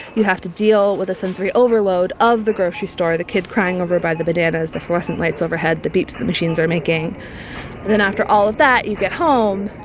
you have to deal with a sensory overload of the grocery store the kid crying over by the bananas, the fluorescent lights, overhead the beeps the machines are making and then after all of that you get home,